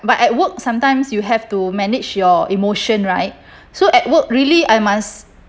but at work sometimes you have to manage your emotion right so at work really I must